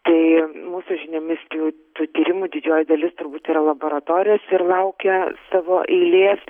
tai mūsų žiniomis jau tų tyrimų didžioji dalis turbūt yra laboratorijose ir laukia savo eilės